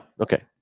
Okay